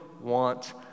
want